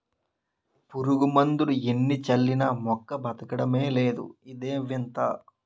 పురుగుమందులు ఎన్ని చల్లినా మొక్క బదకడమే లేదు ఇదేం వింత?